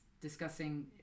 discussing